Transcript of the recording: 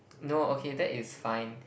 no okay that is fine